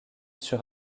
sur